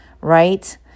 Right